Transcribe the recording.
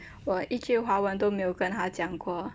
我一句华文都没有跟他讲过